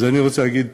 אז אני רוצה להגיד: